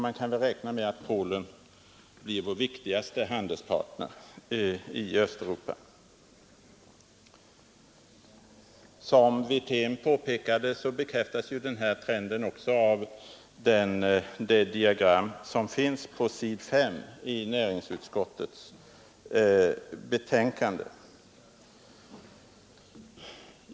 Man kan väl räkna med att Polen blir vår viktigaste handelspartner i Östeuropa. Som herr Wirtén påpekade bekräftas denna trend av det diagram som finns på s. 5 i näringsutskottets betänkande.